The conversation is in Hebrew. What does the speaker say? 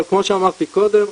אבל כמו שאמרתי קודם,